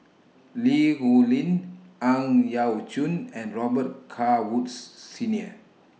Li Rulin Ang Yau Choon and Robet Carr Woods Senior